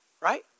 Right